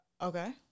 Okay